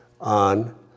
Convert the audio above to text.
on